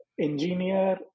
engineer